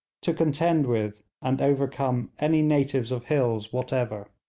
to contend with and overcome any natives of hills whatever